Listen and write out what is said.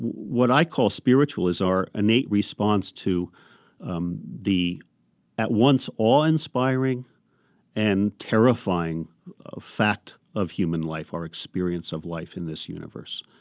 what i call a spiritual is our innate response to um the at once awe-inspiring and terrifying fact of human life, our experience of life in this universe.